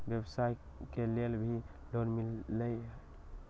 व्यवसाय के लेल भी लोन मिलहई?